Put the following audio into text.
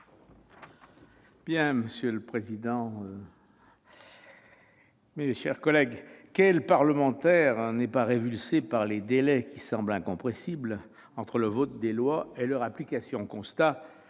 Monsieur le président, mes chers collègues, quel parlementaire n'est pas révulsé par les délais, d'apparence incompressibles, entre le vote des lois et leur application ?